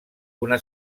una